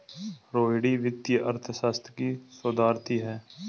रोहिणी वित्तीय अर्थशास्त्र की शोधार्थी है